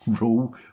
rule